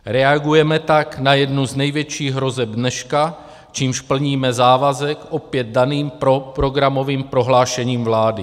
Reagujeme tak na jednu z největších hrozeb dneška, čímž plníme závazek opět daným programovým prohlášením vlády.